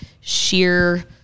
sheer